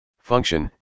Function